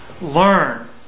learn